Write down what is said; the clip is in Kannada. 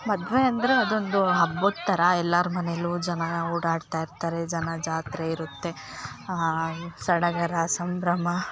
ಮದುವೆ ಅಂದರೆ ಅದೊಂದು ಹಬ್ಬದ ಥರ ಎಲ್ಲರ ಮನೆಲೂ ಜನ ಓಡಾಡ್ತಾ ಇರ್ತಾರೆ ಜನ ಜಾತ್ರೆ ಇರುತ್ತೆ ಸಡಗರ ಸಂಭ್ರಮ